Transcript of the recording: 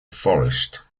forest